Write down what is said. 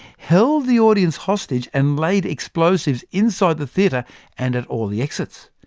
held the audience hostage, and laid explosives inside the theatre and at all the exits.